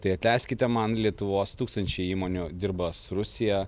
tai atleiskite man lietuvos tūkstančiai įmonių dirba su rusija